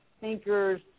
thinkers